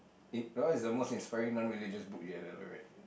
in~ what's the most inspiring non religious book you have ever read